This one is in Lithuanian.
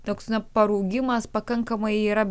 toks na paraugimas pakankamai yra